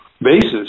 basis